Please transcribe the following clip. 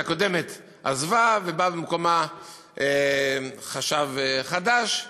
החשבת הקודמת עזבה, ובא במקומה חשב חדש.